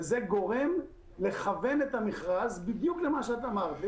זה גורם לכוון את המכרז בדיוק למה שאת אמרת,